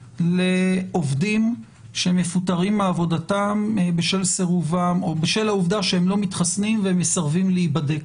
לעובדים שמפוטרים מעבודתם בשל העובדה שהם לא מתחסנים והם מסרבים להיבדק.